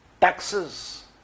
taxes